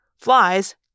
flies